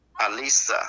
Alisa